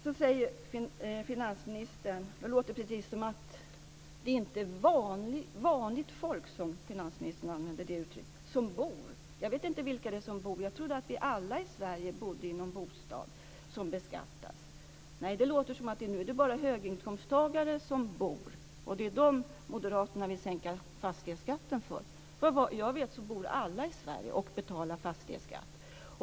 Sedan säger finansministern att det låter precis som att det inte är "vanligt folk" som bor. Jag trodde att vi alla i Sverige bodde i någon bostad som beskattas. Nej, det låter som om det bara är höginkomsttagare som bor och att det är för dem som moderaterna vill sänka fastighetsskatten. Såvitt jag vet är det så att alla i Sverige bor och betalar fastighetsskatt.